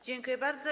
Dziękuję bardzo.